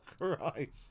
Christ